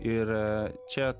ir čia